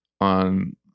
on